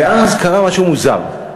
ואז קרה משהו מוזר: